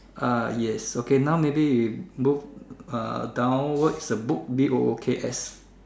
ah yes okay now maybe you move ah downwards the book B O O K S